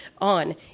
On